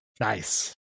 Nice